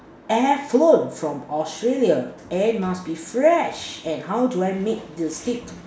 air flown from Australia and must be fresh and how do I make the steak